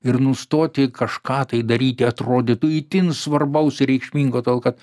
ir nustoti kažką tai daryti atrodytų itin svarbaus ir reikšmingo todėl kad